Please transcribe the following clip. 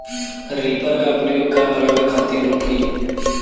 Reaper का प्रयोग का बनावे खातिन होखि?